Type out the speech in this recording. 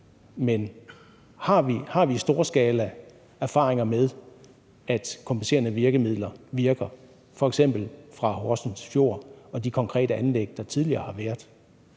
men har vi storskalaerfaringer med, at kompenserende virkemidler virker, f.eks. fra Horsens Fjord og de konkrete anlæg, der tidligere har været?